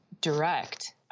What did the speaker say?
direct